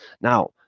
Now